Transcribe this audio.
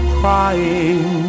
crying